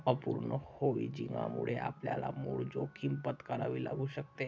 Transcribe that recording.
अपूर्ण हेजिंगमुळे आपल्याला मूळ जोखीम पत्करावी लागू शकते